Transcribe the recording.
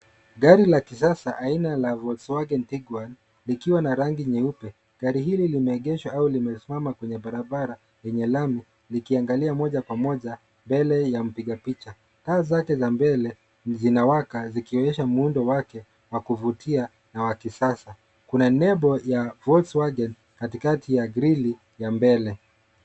Gari la kisasa aina la (cs)Volkswagen Tiguan(cs) likiwa na rangi nyeupe. Gari hili limegeshwa au limesimama kwenye barabara enye lami likiangalia moja kwa moja mbele ya mpiga picha. Taa zake za mbele zina waka zikionyesha muundo wake wa kuvutia na wa kisasa. Kuna nebo ya (cs)Volkswagen(cs) katikati ya grilli ya mbele.